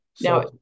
now